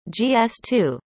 GS2